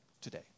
today